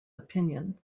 opinion